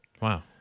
Wow